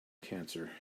cancer